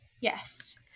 Yes